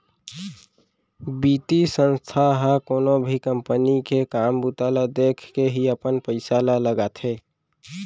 बितीय संस्था ह कोनो भी कंपनी के काम बूता ल देखके ही अपन पइसा ल लगाथे